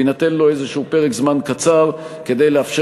יינתן לו איזשהו פרק זמן קצר כדי לאפשר